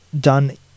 done